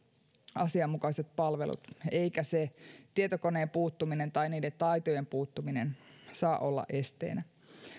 asianmukaiset palvelut eikä se tietokoneen puuttuminen tai niiden taitojen puuttuminen saa olla esteenä